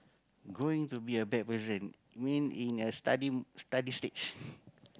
growing to be a bad person mean in a study study stage